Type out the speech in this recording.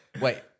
wait